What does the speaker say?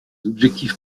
objectif